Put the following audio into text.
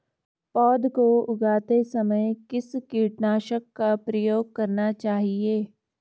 पौध को उगाते समय किस कीटनाशक का प्रयोग करना चाहिये?